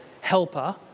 helper